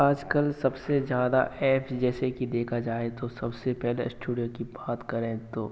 आजकल सबसे ज्यादा एप जैसे कि देखा जाए तो सबसे पहले स्टूडियो की बात करें तो